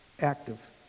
Active